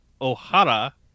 O'Hara